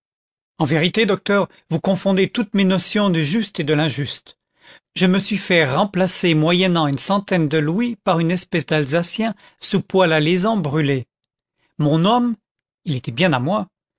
en vérité docteur vous confondez toutes mes notions du juste et de l'injuste je me suis fait remplacer moyennant une centaine de louis par une espèce d'alsacien sous poil alezan brûlé mon homme il était bien à moi